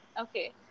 okay